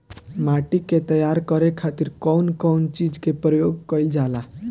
माटी के तैयार करे खातिर कउन कउन चीज के प्रयोग कइल जाला?